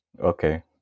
Okay